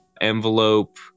envelope